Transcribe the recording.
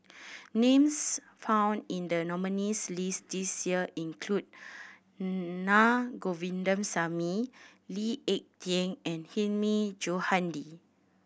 names found in the nominees' list this year include Na Govindasamy Lee Ek Tieng and Hilmi Johandi